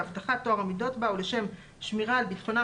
להבטחת טוהר המידות בה ולשם שמירה על ביטחונם